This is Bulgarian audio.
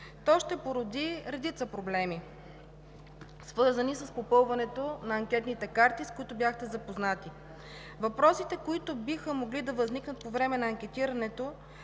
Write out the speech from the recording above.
то ще породи редица проблеми, свързани с попълването на анкетните карти, с които бяхте запознати. Въпросите, които биха могли да възникнат по време на анкетирането,